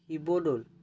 Sivadol